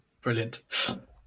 Brilliant